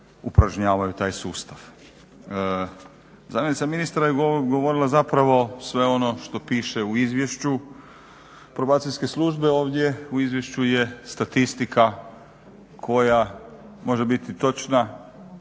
upražnjavaju taj sustav. Zamjenica ministra je govorila zapravo sve ono što piše u izvješću probacijske službe, ovdje u izvješću je statistika koja može biti točna,